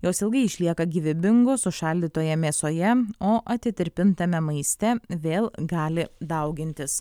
jos ilgai išlieka gyvybingos užšaldytoje mėsoje o atitirpintame maiste vėl gali daugintis